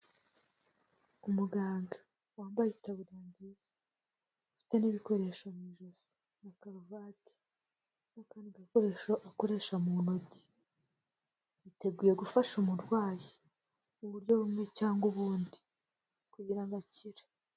Umuganga wambaye itaburiya ufite n'ibikoresho mu ijosi na karuvati n'akakandi gakoresho akoresha mu ntoki yiteguye gufasha umurwayi mu buryo bumwe cyangwa ubundi kugira ngo akire.